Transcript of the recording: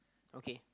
okay